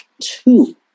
two